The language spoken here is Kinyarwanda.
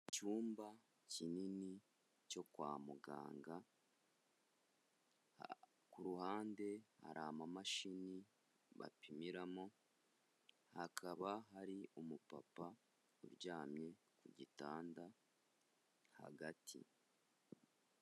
Icyumba kinini cyo kwa muganga, ku ruhande hari amamashini bapimiramo, hakaba hari umupapa uryamye ku gitanda hagati.